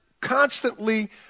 constantly